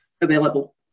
available